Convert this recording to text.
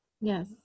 Yes